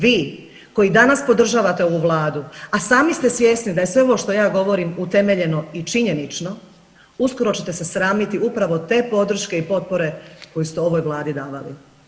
Vi koji danas podržavate ovu Vladu, a sami ste svjesni da ovo što ja govorim utemeljeno i činjenično uskoro ćete se sramiti upravo te podrške i potpore koju ste ovoj Vladi davali.